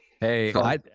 Hey